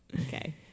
Okay